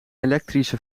elektrische